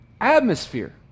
Atmosphere